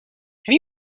have